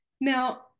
Now